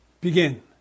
Begin